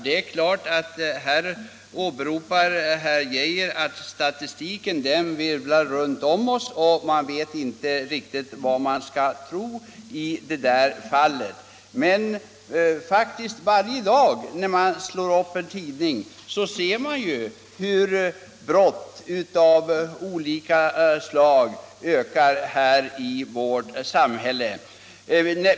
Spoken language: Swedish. Statistiken virvlar runt om oss, förklarar herr Geijer då, och vi vet inte riktigt vad vi skall tro i det fallet. Men varje dag när man slår upp en tidning ser man ju hur antalet brott ökar i samhället.